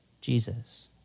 Jesus